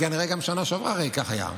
כי כנראה שגם בשנה שעברה הרי כך היה,